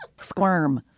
squirm